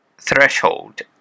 threshold